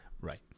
right